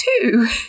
Two